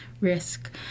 risk